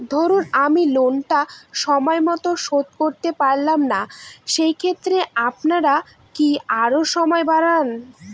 ধরুন আমি লোনটা সময় মত শোধ করতে পারলাম না সেক্ষেত্রে আপনার কি আরো সময় বাড়ান?